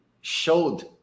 showed